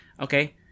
Okay